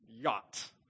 yacht